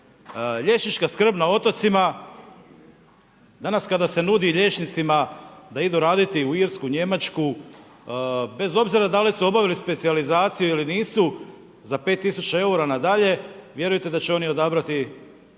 Liječnička skrb na otocima, danas kada se nudi liječnicima da idu raditi u Irsku, Njemačku, bez obzira da li su obavili specijalizaciju ili nisu, za 5 tisuća eura na dalje, vjerujte da će oni odabrati